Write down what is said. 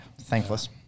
Thankless